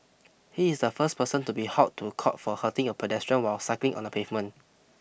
he is the first person to be hauled to court for hurting a pedestrian while cycling on the pavement